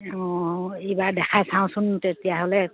অঁ এইবাৰ দেখাই চাওঁচোন তেতিয়াহ'লে